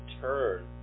turn